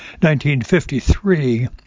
1953